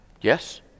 Yes